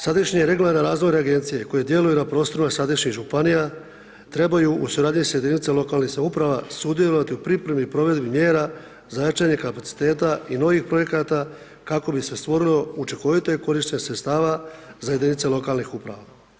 Sadašnji regularni razvoj agencije koja djeluje na prostoru sadašnjih županija, trebaju u suradnji s jedinice lokalne samouprave, sudjelovati u pripremi i provedbi mjera za jačanje kapaciteta i novih projekata, kako bi se stvorilo učinkovito korištenje sredstava za jedinice lokalnih uprava.